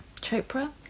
Chopra